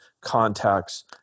contacts